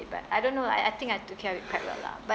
but I don't know lah I think I took care of it quite well lah but